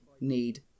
need